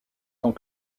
tant